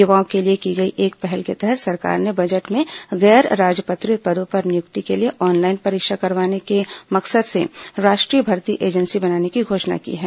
युवाओं के लिए की गई एक पहल के तहत सरकार ने बजट में गैर राजपत्रित पदों पर नियुक्ति के लिए ऑनलाइन परीक्षा करवाने के मकसद से राष्ट्रीय भर्ती एजेंसी बनाने की घोषणा की है